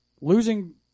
losing